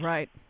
Right